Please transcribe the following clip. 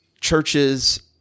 churches